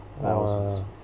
thousands